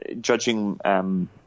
judging